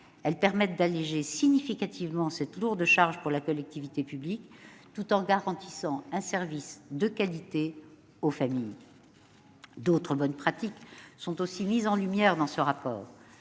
Elles permettent d'alléger significativement cette lourde charge pour la collectivité publique, tout en garantissant un service de qualité aux familles. D'autres bonnes pratiques sont aussi mises en lumière dans ce rapport.